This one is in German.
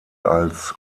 als